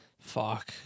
Fuck